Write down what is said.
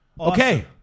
Okay